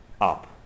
up